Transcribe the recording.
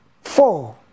four